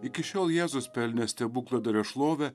iki šiol jėzus pelnė stebukladario šlovę